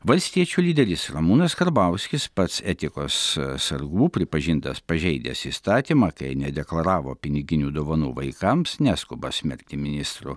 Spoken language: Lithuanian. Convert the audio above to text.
valstiečių lyderis ramūnas karbauskis pats etikos sargų pripažintas pažeidęs įstatymą kai nedeklaravo piniginių dovanų vaikams neskuba smerkti ministrų